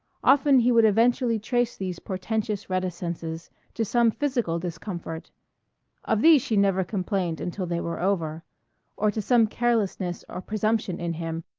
often he would eventually trace these portentous reticences to some physical discomfort of these she never complained until they were over or to some carelessness or presumption in him,